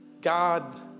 God